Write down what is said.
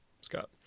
Scott